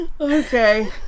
Okay